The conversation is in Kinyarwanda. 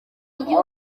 igihe